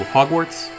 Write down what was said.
Hogwarts